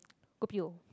kopi O